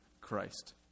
Christ